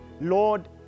Lord